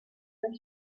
her